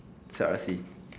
short R_C